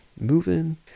moving